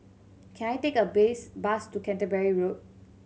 can I take a base bus to Canterbury Road